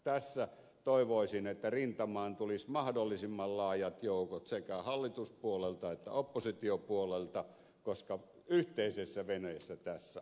tässä toivoisin että rintamaan tulisi mahdollisimman laajat joukot sekä hallituspuolelta että oppositiopuolelta koska yhteisessä veneessä tässä olemme